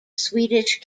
swedish